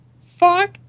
fuck